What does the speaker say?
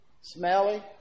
Smelly